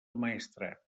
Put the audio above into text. maestrat